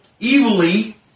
evilly